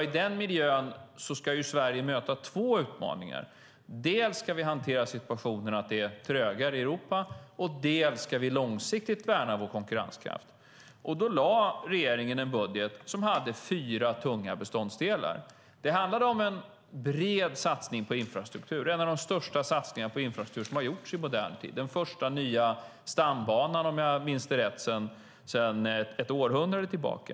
I den miljön ska Sverige möta två utmaningar. Dels ska vi hantera situationen att det är trögare i Europa, dels ska vi långsiktigt värna vår konkurrenskraft. Regeringen lade en budget som hade fyra tunga beståndsdelar. Det handlade om en bred satsning på infrastruktur. Det är en av de största satsningar på infrastruktur som har gjorts i modern tid med den första nya stambanan, om jag minns det rätt, sedan ett århundrade tillbaka.